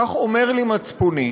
כך אומר לי מצפוני.